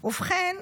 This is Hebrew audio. ובכן,